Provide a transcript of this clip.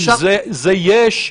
זה יש.